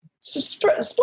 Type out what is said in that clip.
split